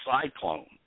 cyclone